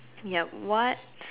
ya what